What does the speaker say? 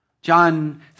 John